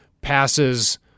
passes